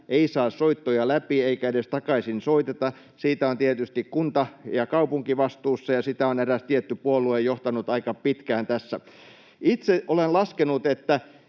ei saa soittoja läpi eikä edes takaisin soiteta. Siitä on tietysti kunta ja kaupunki vastuussa, ja sitä on eräs tietty puolue johtanut aika pitkään tässä. Itse olen laskenut, että